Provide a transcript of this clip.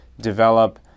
develop